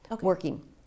working